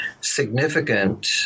significant